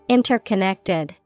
Interconnected